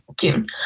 June